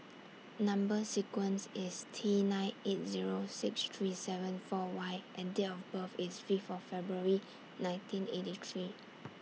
Number sequence IS T nine eight Zero six three seven four Y and Date of birth IS five of February nineteen eighty three